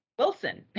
Wilson